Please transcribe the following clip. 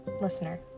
listener